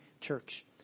church